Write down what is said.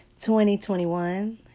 2021